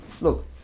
Look